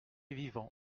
vivant